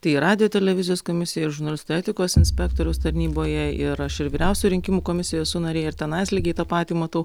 tai radijo televizijos komisijai žurnalistų etikos inspektoriaus tarnyboje ir aš ir vyriausioji rinkimų komisijoj esu narė ir tenais lygiai tą patį matau